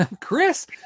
Chris